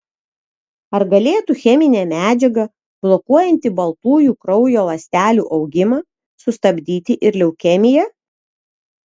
ar galėtų cheminė medžiaga blokuojanti baltųjų kraujo ląstelių augimą sustabdyti ir leukemiją